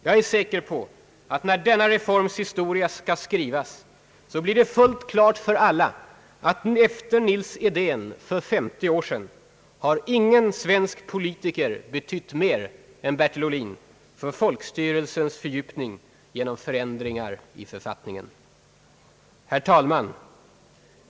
Jag är säker på att när denna reforms historia skall skrivas, blir det fullt klart för alla att efter Nils Edén för 50 år sedan har ingen svensk politiker betytt mer än Bertil Ohlin för folkstyrelsens fördjupning genom förändringar i författningen. Herr talman!